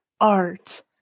art